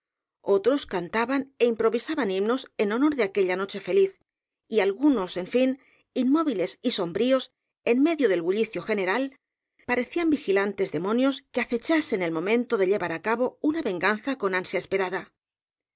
otros cantaban é improvisaban himnos en honor de aquella noche feliz y algunos en fin inmóviles y sombríos en medio del bullicio general parecían vigilantes demonios que acechasen el momento de llevar á cabo una venganza con ansia esperada